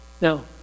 Now